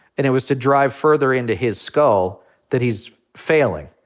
and it was to drive further into his skull that he's failing,